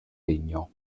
legno